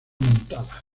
montada